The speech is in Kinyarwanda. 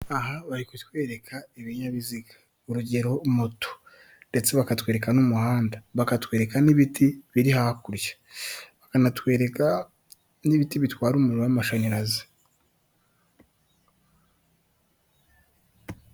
Aha bari kutwereka ibinyabiziga urugero moto ndetse bakatwereka n'umuhanda, bakatwereka n'ibiti biri hakurya, bakanatwereka n'ibiti bitwara umuriro w'amashanyarazi.